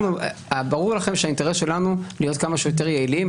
ברור לכם שהאינטרס שלנו הוא להיות כמה שיותר יעילים.